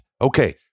Okay